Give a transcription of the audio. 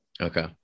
Okay